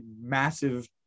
massive